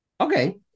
Okay